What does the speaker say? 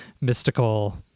mystical